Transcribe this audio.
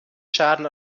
schaden